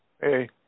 Hey